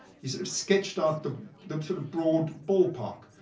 he sketched out the sort of broad ballpark.